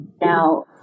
Now